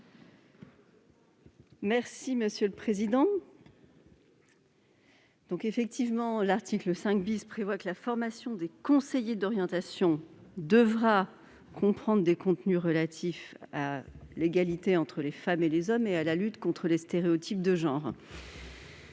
... Quel est l'avis de la commission ? L'article 5 prévoit que la formation des conseillers d'orientation devra comprendre des contenus relatifs à l'égalité entre les femmes et les hommes et à la lutte contre les stéréotypes de genre,